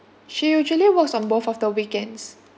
she usually works on both of the weekends